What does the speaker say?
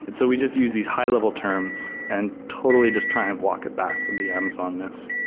and so we just use these high-level terms and totally just try and walk it back from the amazoness